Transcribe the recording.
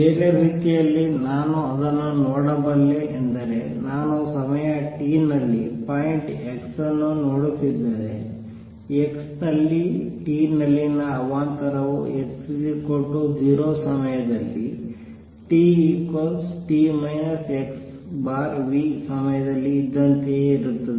ಬೇರೆ ರೀತಿಯಲ್ಲಿ ನಾನು ಅದನ್ನು ನೋಡಬಲ್ಲೆ ಎಂದರೆ ನಾನು ಸಮಯ t ನಲ್ಲಿ ಪಾಯಿಂಟ್ x ಅನ್ನು ನೋಡುತ್ತಿದ್ದರೆ x ನಲ್ಲಿ t ನಲ್ಲಿನ ಅವಾಂತರವು x 0 ಸಮಯದಲ್ಲಿ t t x v ಸಮಯದಲ್ಲಿ ಇದ್ದಂತೆಯೇ ಇರುತ್ತದೆ